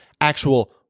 actual